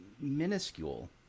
minuscule